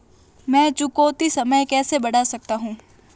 मैं चुकौती समय कैसे बढ़ा सकता हूं?